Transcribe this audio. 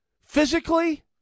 physically